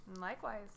likewise